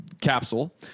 capsule